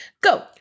Go